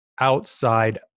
outside